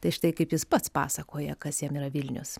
tai štai kaip jis pats pasakoja kas jam yra vilnius